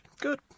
good